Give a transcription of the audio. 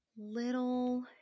little